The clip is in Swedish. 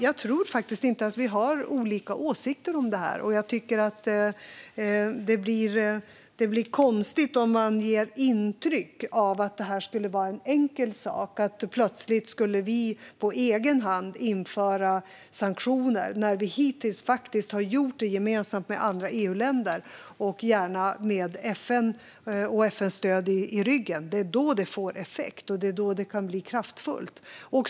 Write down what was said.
Jag tror faktiskt inte att vi har olika åsikter om det här, och jag tycker att det blir konstigt om man ger intryck av att det här skulle vara en enkel sak och att vi plötsligt på egen hand skulle kunna införa sanktioner när vi hittills faktiskt har gjort det gemensamt med andra EU-länder och gärna med FN och FN:s stöd i ryggen. Det är då det får effekt och kan bli kraftfullt.